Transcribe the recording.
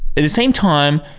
at the same time,